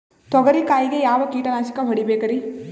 ತೊಗರಿ ಕಾಯಿಗೆ ಯಾವ ಕೀಟನಾಶಕ ಹೊಡಿಬೇಕರಿ?